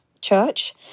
church